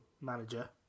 manager